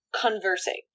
conversing